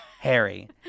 Harry